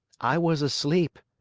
i was asleep,